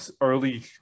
early